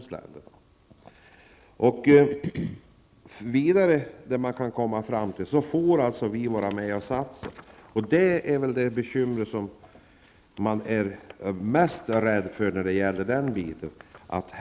Sverige får alltså lov att vara med och satsa, och det är väl det största bekymret i det sammanhanget.